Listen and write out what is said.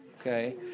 okay